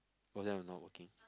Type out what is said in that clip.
oh they are not working